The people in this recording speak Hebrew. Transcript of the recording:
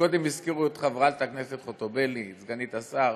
קודם הזכירו את חברת הכנסת חוטובלי, סגנית השר.